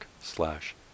slash